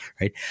right